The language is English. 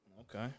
Okay